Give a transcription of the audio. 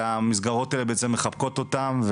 והמסגרות בעצם מחבקות אותם,